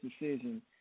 decision